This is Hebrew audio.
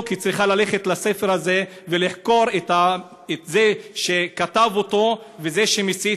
צריכה ללכת לספר הזה ולחקור את זה שכתב אותו וזה שמסית.